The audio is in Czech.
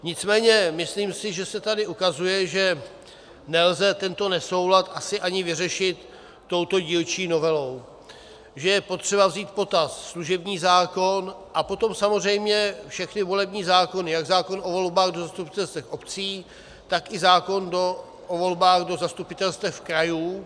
Nicméně myslím si, že se tady ukazuje, že nelze tento nesoulad asi ani vyřešit touto dílčí novelou, že je potřeba vzít v potaz služební zákon a potom samozřejmě všechny volební zákony, jak zákon o volbách do zastupitelstev obcí, tak i zákon o volbách do zastupitelstev krajů.